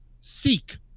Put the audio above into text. seek